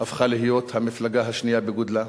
הפכה להיות המפלגה השנייה בגודלה,